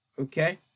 Okay